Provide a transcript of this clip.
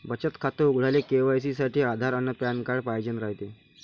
बचत खातं उघडाले के.वाय.सी साठी आधार अन पॅन कार्ड पाइजेन रायते